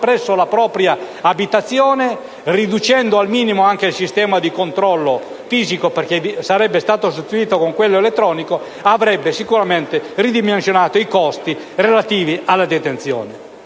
presso la propria abitazione, riducendo al minimo il sistema di controllo fisico sostituito da quello elettronico, avrebbe certamente ridimensionato i costi relativi alla detenzione.